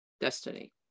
destiny